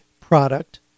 product